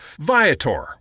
Viator